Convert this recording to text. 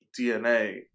DNA